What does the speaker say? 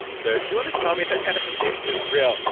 so if you want to tell me that manifestation isn't real,